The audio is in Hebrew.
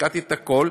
השקעתי את הכול,